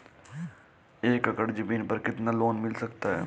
एक एकड़ जमीन पर कितना लोन मिल सकता है?